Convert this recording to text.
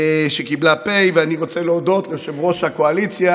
שקיבלה פ' ואני רוצה להודות ליושב-ראש הקואליציה,